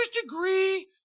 degree